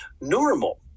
normal